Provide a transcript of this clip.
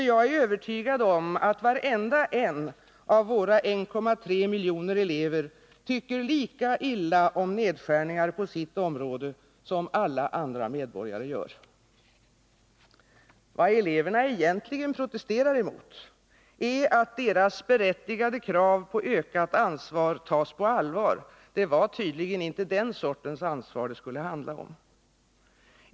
Jag är övertygad om att varenda en av våra 1,3 miljoner elever tycker lika illa om nedskärningar på sitt område som alla andra medborgare gör. Vad eleverna egentligen protesterar emot, är att deras berättigade krav på ökat ansvar tas på allvar — det var tydligen inte den sortens ansvar det skulle handla om.